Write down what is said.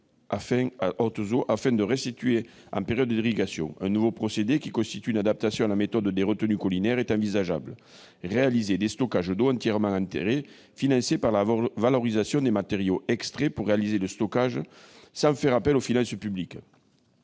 afin de la restituer en période d'irrigation. Un nouveau procédé, qui constitue une adaptation de la méthode des retenues collinaires, est envisageable : il s'agit de réaliser des stockages d'eau entièrement enterrés, financés par la valorisation des matériaux extraits pour réaliser le stockage, sans faire appel aux finances publiques.